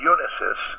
Unisys